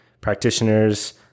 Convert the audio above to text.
practitioners